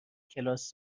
کلاس